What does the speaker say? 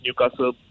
Newcastle